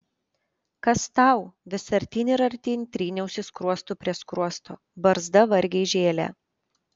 kas tau vis artyn ir artyn tryniausi skruostu prie skruosto barzda vargiai žėlė